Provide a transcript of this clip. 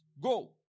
go